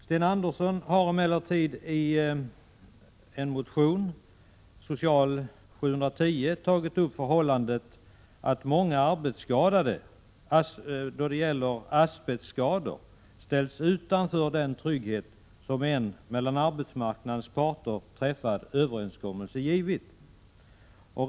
Sten Andersson i Malmö har emellertid i en motion, S0710, tagit upp det förhållandet att många asbestskadade ställs utanför den trygghet som en mellan arbetsmarknadens parter träffad överenskommelse givit då det gäller arbetsskador.